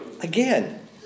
again